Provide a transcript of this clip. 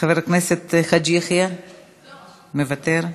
חבר הכנסת חאג' יחיא, מוותר,